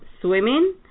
swimming